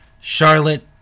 Charlotte